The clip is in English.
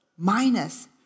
minus